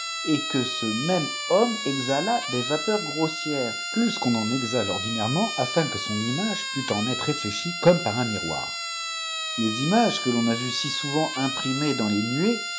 et que ce même homme exhalât des vapeurs grossières plus quon en exhale ordinairement afin que son imagepût en être réfléchie comme par un miroir i v les images que l'on a vues si souvent imprimées dans les nuées